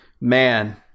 man